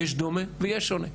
יש דומה ויש שונה.